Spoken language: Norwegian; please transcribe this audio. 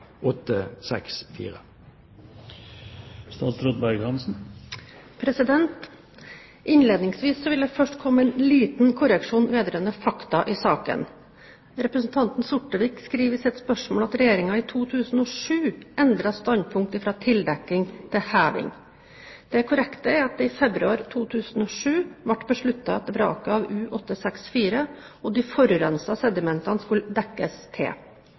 Innledningsvis vil jeg først komme med en liten korreksjon vedrørende fakta i saken. Representanten Sortevik skriver i sitt spørsmål at Regjeringen i 2007 endret standpunkt fra tildekking til heving. Det korrekte er at det i februar 2007 ble besluttet at vraket av U-864 og de forurensede sedimentene skulle dekkes til,